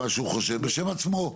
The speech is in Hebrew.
בשם עצמו.